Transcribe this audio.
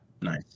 Nice